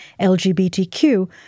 LGBTQ